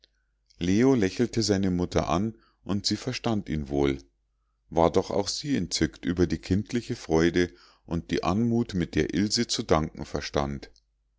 leo lächelte seine mutter an und sie verstand ihn wohl war doch auch sie entzückt über die kindliche freude und die anmut mit der ilse zu danken verstand